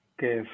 Okay